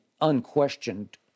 unquestioned